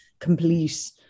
complete